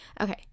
Okay